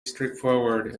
straightforward